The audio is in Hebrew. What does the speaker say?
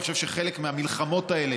אני חושב שחלק מהמלחמות האלה,